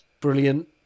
Brilliant